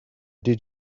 did